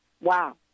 wow